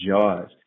Jaws